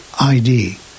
ID